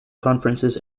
conferences